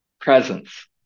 presence